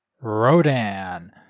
rodan